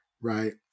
right